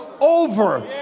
over